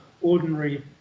ordinary